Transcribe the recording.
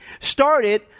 started